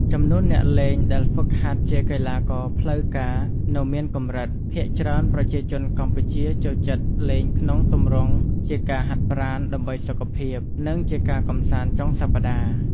ចំនួនអ្នកលេងដែលហ្វឹកហាត់ជាកីឡាករផ្លូវការ នៅមានកំរិត ភាគច្រើនប្រជាជនកម្ពុជាចូលចិត្តលេងក្នុងទំរង់ជាការហាត់ប្រាណដើម្បីសុខភាព និងជាការកំសាន្តចុងសប្ដាហ៍។